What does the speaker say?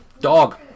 Dog